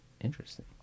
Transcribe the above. Interesting